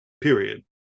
period